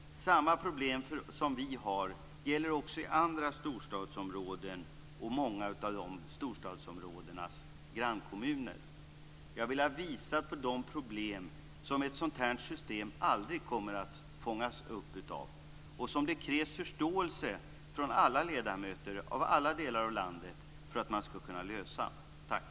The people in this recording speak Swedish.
Samma problem som vi har gäller också i andra storstadsområden och många av de storstadsområdenas grannkommuner. Jag har velat visa på de problem som ett sådant här system aldrig kommer att fånga upp och som det krävs förståelse från alla ledamöter från alla delar av landet för att man skall kunna lösa. Tack!